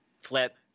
flip